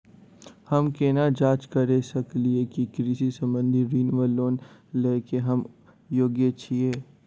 हम केना जाँच करऽ सकलिये की कृषि संबंधी ऋण वा लोन लय केँ हम योग्य छीयै?